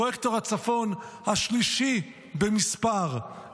פרויקטור הצפון השלישי במספר,